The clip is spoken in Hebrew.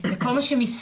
זה כל מה שמסביב,